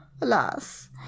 Alas